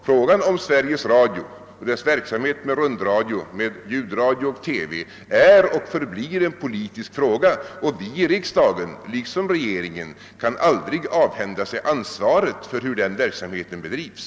Frågan om Sveriges Radio, dess verksamhet med rundradio, ljudradio och TV, är och förblir en politisk fråga, och vi i riksdagen — liksom regeringen — kan aldrig avhända oss ansvaret för hur den verksamheten bedrives.